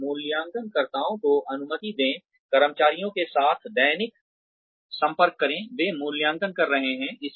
और मूल्यांकनकर्ताओं को अनुमति दें कर्मचारियों के साथ दैनिक संपर्क करें वे मूल्यांकन कर रहे हैं